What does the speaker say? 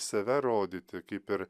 save rodyti kaip ir